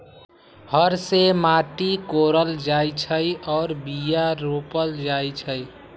हर से माटि कोरल जाइ छै आऽ बीया रोप्ल जाइ छै